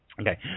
Okay